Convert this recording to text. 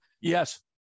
yes